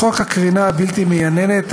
חוק הקרינה הבלתי-מייננת,